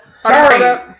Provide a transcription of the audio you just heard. Sorry